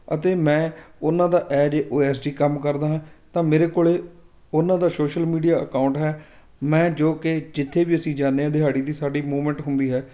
ਅਤੇ ਮੈਂ ਉਹਨਾਂ ਦਾ as a O S D ਕੰਮ ਕਰਦਾ ਹਾਂ ਤਾਂ ਮੇਰੇ ਕੋਲ ਉਹਨਾਂ ਦਾ ਸ਼ੋਸ਼ਲ ਮੀਡੀਆ ਅਕਾਊਂਟ ਹੈ ਮੈਂ ਜੋ ਕਿ ਜਿੱਥੇ ਵੀ ਅਸੀਂ ਜਾਂਦੇ ਆ ਦਿਹਾੜੀ ਦੀ ਸਾਡੀ ਮੂਵਮੈਂਟ ਹੁੰਦੀ ਹੈ